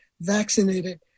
vaccinated